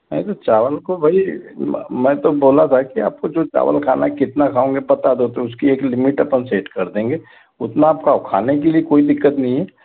नहीं तो चावल को भई मैं तो बोला था कि आपको जो चावल खाना कितना खाओंगे बता दो तो उसकी एक लिमिट अपन सेट कर देंगे उतना आप खाओ खाने के लिए कोई दिक्कत नहीं है